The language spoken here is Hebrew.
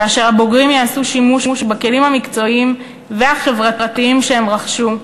כאשר הבוגרים יעשו שימוש בכלים המקצועיים והחברתיים שהם רכשו.